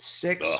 six